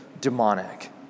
demonic